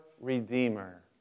redeemer